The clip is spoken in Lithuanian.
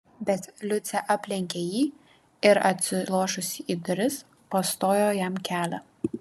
bet liucė aplenkė jį ir atsilošusi į duris pastojo jam kelią